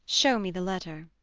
shew me the letter.